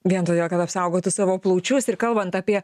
vien todėl kad apsaugotų savo plaučius ir kalbant apie